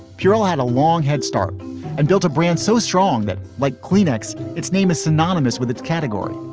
bureau had a long head start and built a brand so strong that, like kleenex, its name is synonymous with its category.